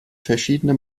verschiedene